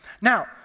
Now